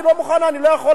אני לא מוכנה, אני לא יכולה.